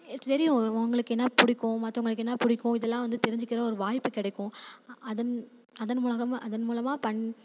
தெரியும் உங்களுக்கு என்ன பிடிக்கும் மற்றவங்களுக்கு என்ன பிடிக்கும் இதெல்லாம் வந்து தெரிஞ்சுக்கிற ஒரு வாய்ப்பு கிடைக்கும் அதன் அதன் மூகமா அதன் மூலமாக பண்